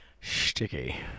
Sticky